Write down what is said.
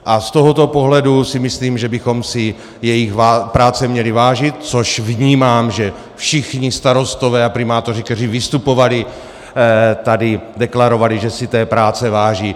A z tohoto pohledu si myslím, že bychom si jejich práce měli vážit, což vnímám, že všichni starostové a primátoři, kteří vystupovali tady, deklarovali, že si té práce váží.